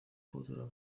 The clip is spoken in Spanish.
futuro